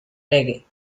reggae